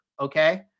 okay